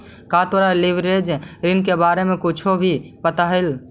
का तोरा लिवरेज ऋण के बारे में कुछो भी पता हवऽ?